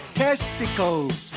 testicles